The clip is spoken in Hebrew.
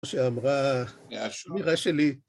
‫כמו שאמרה מירה שלי.